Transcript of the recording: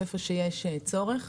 איפה שיש צורך.